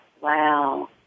wow